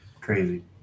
Crazy